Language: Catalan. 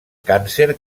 càncer